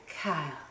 Kyle